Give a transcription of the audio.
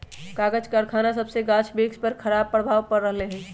कागज करखना सभसे गाछ वृक्ष पर खराप प्रभाव पड़ रहल हइ